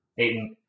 Aiden